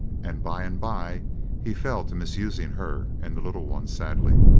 and by and by he fell to misusing her and the little ones sadly.